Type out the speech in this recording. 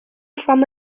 from